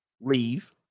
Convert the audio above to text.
Leave